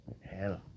Hell